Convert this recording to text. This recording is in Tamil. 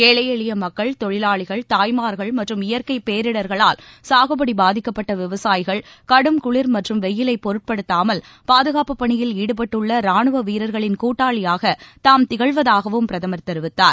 ஏழை எளிய மக்கள் தொழிலாளிகள் தாய்மார்கள் மற்றும் இயற்கை பேரிடர்களால் சாகுபடி பாதிக்கப்பட்ட விவசாயிகள் கடும் குளிர் மற்றும் வெய்யிலை பொருட்படுத்தாமல் பாதுகாப்புப் பணியில் ஈடுபட்டுள்ள ராணுவ வீரர்களின் கூட்டாளியாக தாம் திகழ்வதாகவும் பிரதமர் தெரிவித்தார்